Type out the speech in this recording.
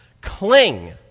Cling